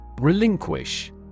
Relinquish